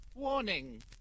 Warning